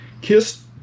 Kiss